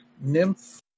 nymph